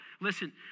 Listen